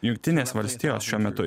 jungtinės valstijos šiuo metu